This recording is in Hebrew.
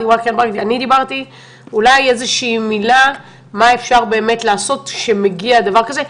אולי תגידו מה אפשר לעשות כשמגיע דבר כזה.